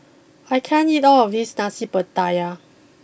I can't eat all of this Nasi Pattaya